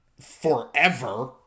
Forever